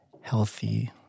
healthy